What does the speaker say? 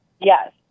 Yes